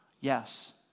Yes